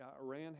Iran